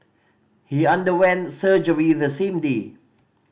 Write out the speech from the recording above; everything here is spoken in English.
he underwent surgery the same day